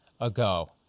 ago